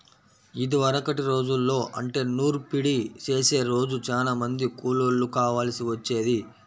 ఇదివరకటి రోజుల్లో అంటే నూర్పిడి చేసే రోజు చానా మంది కూలోళ్ళు కావాల్సి వచ్చేది